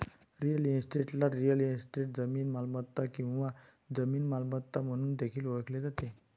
real इस्टेटला real estate, जमीन मालमत्ता किंवा जमीन मालमत्ता म्हणून देखील ओळखले जाते